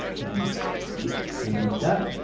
and if you need that,